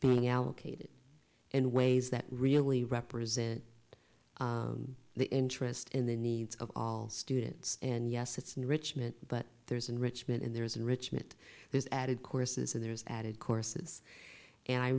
being allocated in ways that really represent the interest in the needs of all students and yes it's near richmond but there's enrichment and there's enrichment there's added courses and there's added courses and i